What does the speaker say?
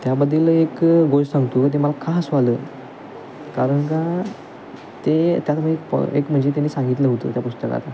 त्याबद्दल एक गोष्ट सांगतो ते मला का हसू आलं कारण का ते त्यात मी एक म्हणजे त्याने सांगितलं होतं त्या पुस्तकात